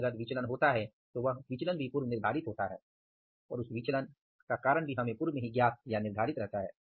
लेकिन अगर विचलना होता है तो वह विचलन भी पूर्व निर्धारित होता है और उस विचलन का कारण भी पूर्व में ही ज्ञात या निर्धारित रहता है